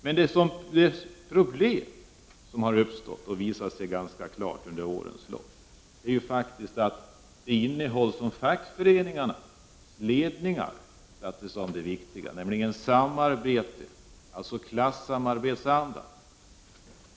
Men det problem som har framstått ganska klart under årens lopp gäller det innehåll som fackföreningarnas ledningar såg som det viktiga, nämligen klassamarbetsandan.